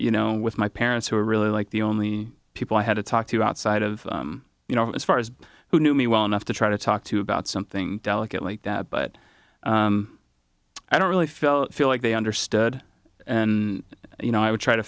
you know with my parents who are really like the only people i had to talk to outside of you know as far as who knew me well enough to try to talk to about something delicate like that but i don't really feel feel like they understood and you know i would try to